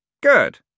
Good